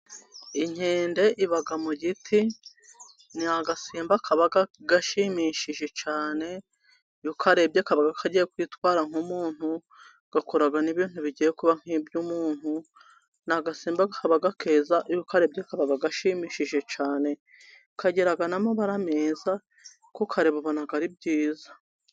Inkende iba mu giti, ni agasimba kaba gashimishije cyane, iyo ukarebye kaba kagiye kwitwara nk'umuntu, gakora n' ibintu bigiye kuba nk'iby'umuntu, ni agasimba kaba keza, iyo ukarebye kaba gashimishije cyane, kagira n'amabara meza, kukareba ubona ari byiza.